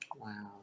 Wow